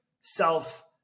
self